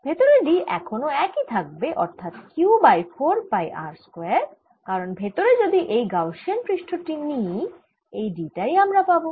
ভেতরে D এখনও একই থাকবে অর্থাৎ Q by 4 pi r square কারণ ভেতরে যদি এই গাউসিয়ান পৃষ্ঠ টি নিই এই D টাই আমরা পাবো